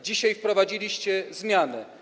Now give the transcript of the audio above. Dzisiaj wprowadziliście zmianę.